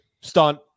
Stunt